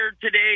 today